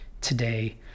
today